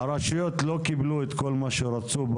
הרשויות לא קיבלו כאן את כל מה שהן רצו,